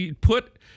put